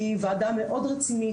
היא ועדה מאוד רצינית,